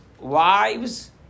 wives